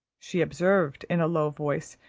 she observed in a low voice,